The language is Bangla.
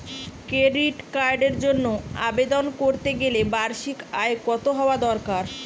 ক্রেডিট কার্ডের জন্য আবেদন করতে গেলে বার্ষিক আয় কত হওয়া দরকার?